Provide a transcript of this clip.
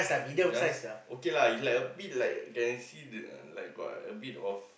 just okay lah it's like a pit like can see the like got a bit of